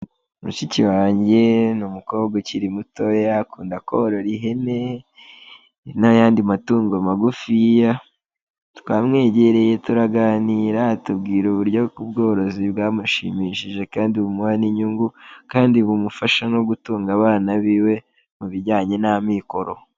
Mushiki wanjye, ni umukobwa ukiri mutoya akunda korora ihene n'ayandi matungo magufiya, twamwegereye turaganira atubwira uburyo ubworozi bwamushimishije kandi bumuha n' inyungu, kandi bumufasha no gutunga abana biwe, mu bijyanye n'amikoro.